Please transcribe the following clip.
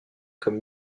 comme